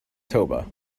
toba